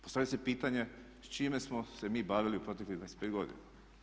Postavlja se pitanje s čime smo se mi bavili u proteklih 25 godina?